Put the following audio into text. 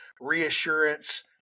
reassurance